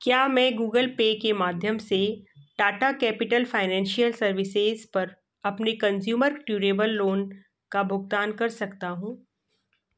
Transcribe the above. क्या मैं Google Pay के माध्यम से टाटा कैपिटल फाइनेंशियल सर्विसेज़ पर अपने कंज़्यूमर ड्यूरेबल लोन का भुगतान कर सकता हूँ